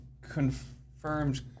confirmed